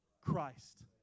Christ